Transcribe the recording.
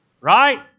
Right